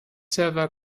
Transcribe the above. server